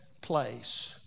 place